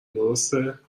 درسته